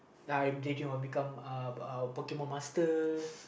ya I daydream of becomeuhPokemon master